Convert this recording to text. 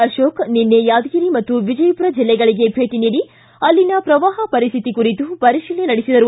ಅಶೋಕ್ ನಿನ್ನೆ ಯಾದಗಿರಿ ಮತ್ತು ವಿಜಯಪುರ ಜಿಲ್ಲೆಗಳಗೆ ಭೇಟ ನೀಡಿ ಪ್ರವಾಹ ಪರಿಸ್ಥಿತಿ ಕುರಿತು ಪರಿಶೀಲನೆ ನಡೆಸಿದರು